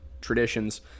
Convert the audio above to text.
traditions